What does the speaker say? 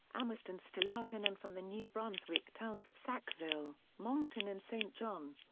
amherst and stellarton and from the new brunswick towns of sackville, moncton and saint john.